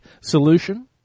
solution